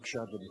בבקשה, אדוני.